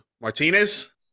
Martinez